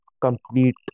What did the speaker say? complete